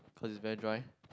cause is very dry